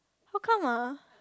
how come ah